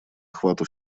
охвату